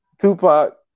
Tupac